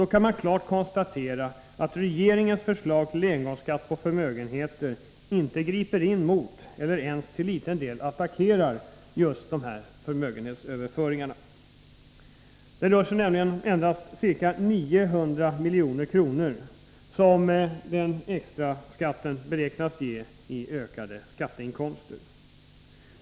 Då kan man klart konstatera att regeringens förslag till engångsskatt på förmögenheter inte griper in mot — eller ens till liten del attackerar — just dessa förmögenhetsöverföringar. Denna extra skatt beräknas nämligen bara ge ca 900 milj.kr. i ökade skatteinkomster.